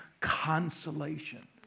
consolation